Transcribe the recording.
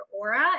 aura